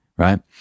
Right